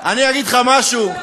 אני אגיד לך משהו.